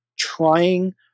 trying